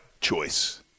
choice